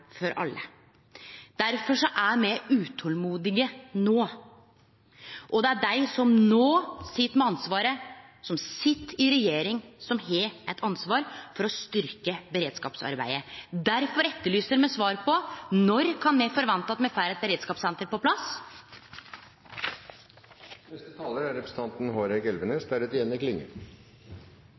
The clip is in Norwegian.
for alle. Derfor er me utolmodige nå, og det er dei som nå sit med ansvaret, som sit i regjering, som har eit ansvar for å styrkje beredskapsarbeidet. Derfor etterlyser vi svar på: Når kan me forvente at me får eit beredskapssenter på